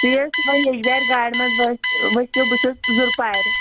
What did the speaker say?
تُہۍ حظ یَجہِ بیٛارِ گاڑِ منٛز ؤ ؤسِو بہٕ چھٮ۪س زُرپارِ